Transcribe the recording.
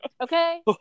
okay